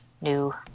new